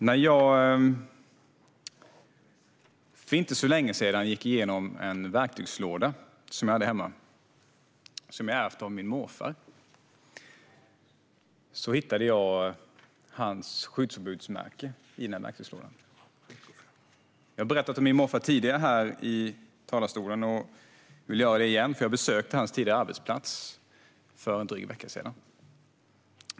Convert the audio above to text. När jag för inte så länge sedan gick igenom en verktygslåda där hemma som jag ärvt av min morfar hittade jag hans skyddsombudsmärke. Jag har berättat om min morfar tidigare här i talarstolen och vill göra det igen, för jag besökte hans arbetsplats för drygt en vecka sedan.